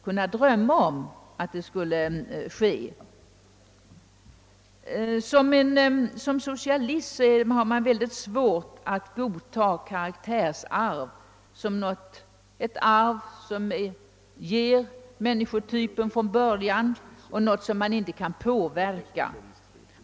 Som socialist har man väldigt svårt att godta karaktärsarvet som den faktor vilken från början obönhörligt konstituerar förmågan att fungera i samhället.